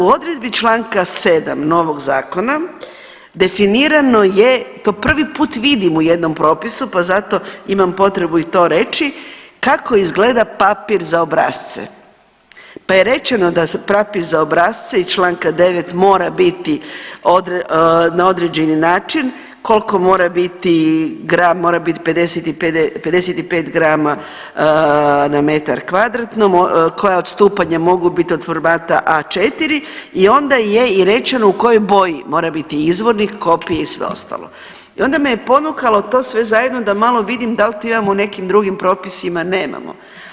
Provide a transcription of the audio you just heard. U odredbi čl. 7 novog Zakona definirano je, to prvi put vidim u jednom propisu pa zato imam potrebu i to reći, kako izgleda papir za obrasce pa je rečeno da papir za obrasce iz čl. 9 mora biti na određeni način, koliko mora biti gram, mora biti 55 grama na metar kvadratnom, koja odstupanja mogu biti od formata A4 i onda je i rečeno u kojoj boji mora biti izvornik, kopije i sve ostalo i onda me je ponukalo to sve zajedno da malo vidim da li to imamo u nekim drugim propisima, nemamo.